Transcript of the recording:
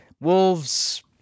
Wolves